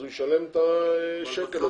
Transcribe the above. אז הוא ישלם את השקל הזה,